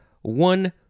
one